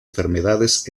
enfermedades